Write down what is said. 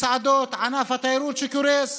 מסעדות, ענף התיירות שקורס,